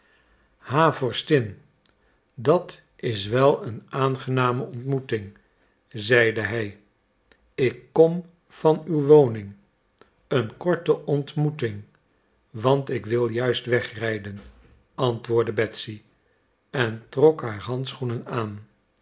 vorstin dat is wel een aangename ontmoeting zeide hij ik kom van uw woning een korte ontmoeting want ik wil juist wegrijden antwoordde betsy en trok haar handschoenen aan